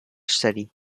steady